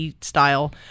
style